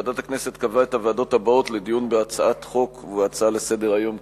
ועדת הכנסת קבעה את הוועדות הבאות לדיון בהצעת חוק ובהצעה לסדר-היום,